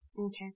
Okay